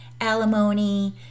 alimony